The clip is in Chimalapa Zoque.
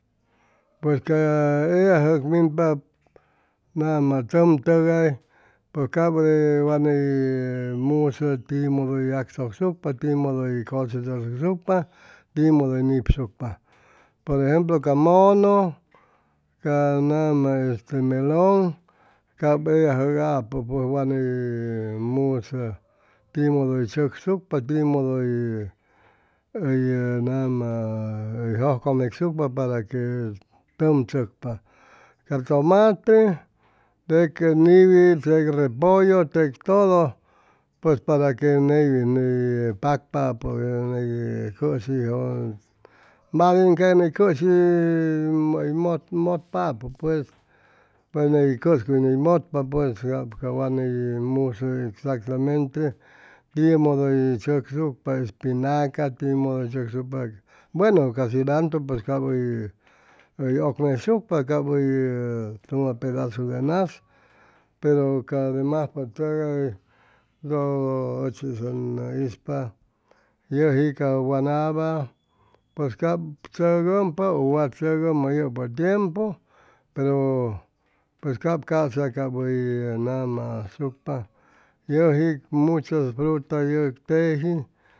Pues ca eyajʉg minpap nama tzʉm tʉgay pues cap wa ney musʉ timodo yagchʉcsucpa timodo hʉy cosechachʉcsucpa timodo hʉy nipsucpa por ejemplo ca mʉnʉ ca nama este melon cap eyajʉgapʉ pues wa ni musʉ timodo hʉy chʉcsucpa timodo hʉy nama jʉjcʉmecsucpa para que tʉm chʉcpa a tomate tec niwi tec repollo tec todo pues para que neywin ney pacpapʉ ye ney cʉshijʉ mas bien ca ni cʉshi hʉy mʉtpapʉ pues pues ney cʉscuy ney mʉtpa pues cap ca wa ney musam exactamente tiʉmodo hʉy chʉcsucpa espinaca timodpo hʉy chʉcsucpa bueno ca cilantru pues cap hʉy hʉy ʉcmeyshucpa cap hʉy tumʉ pedazo de nas pero ca demaspʉ tʉgay ʉchis ʉn ispa yʉji ca wanaba pues cap tzʉgʉmpa ʉ wa tzʉgʉmʉ yʉpʉ tiempu pero pues cap ca'sa cap hʉy ama asucpa yʉji muchos fruta yʉg teji